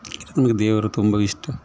ನಮಗೆ ದೇವರು ತುಂಬ ಇಷ್ಟ